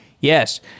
Yes